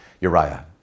Uriah